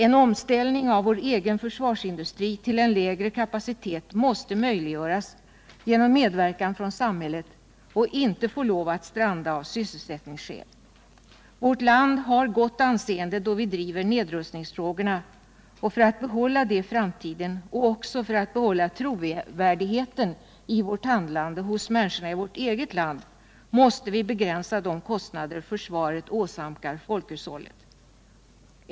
En omställning av vår egen försvarsindustri till en lägre kapacitet måste möjliggöras genom medverkan från samhället och inte få lov att stranda av sysselsättningsskäl. Vårt land har gott anseende då vi driver nedrustningsfrågorna. För att behålla det i framtiden och också för att behålla trovärdigheten i vårt handlande även hos människorna i vårt eget land måste vi begränsa de kostnader försvaret åsamkar folkhushållet.